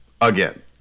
again